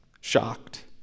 shocked